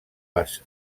bassa